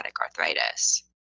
arthritis